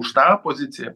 už tą poziciją